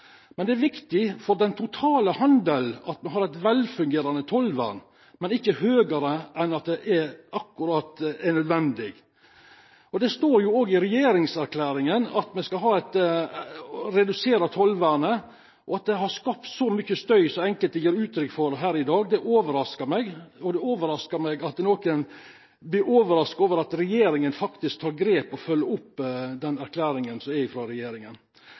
den totale handel at vi har et velfungerende tollvern, men ikke høyere enn nødvendig. Det står også i regjeringserklæringen at vi skal redusere tollvernet. At det har skapt så mye støy som enkelte gir uttrykk for her i dag, overrasker meg, og det overrasker meg at noen blir overrasket over at regjeringen faktisk tar grep og følger opp erklæringen fra regjeringen. Det er